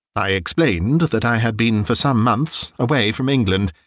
i explained that i had been for some months away from england,